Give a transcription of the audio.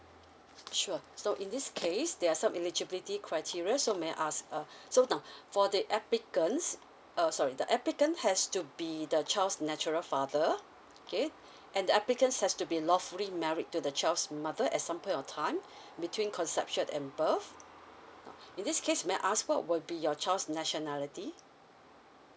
sure so in this case there are some eligibility criteria so may I ask uh so now for the applicants uh sorry the applicant has to be the child's natural father okay and the applicants has to be lawfully married to the child's mother at some point of time between conception and birth now in this case may I ask what would be your child's nationality